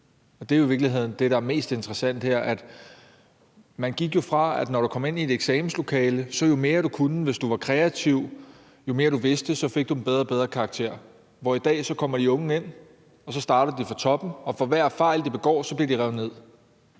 og det er i virkeligheden det, der er mest interessant her. Man gik jo fra, at når du kom ind i et eksamenslokale, så jo mere du kunne, hvis du var kreativ, og jo mere, du vidste, fik du en bedre og bedre karakter, til at de unge i dag kommer ind, og så starter de fra toppen, og for hver fejl, de begår, bliver de revet ned.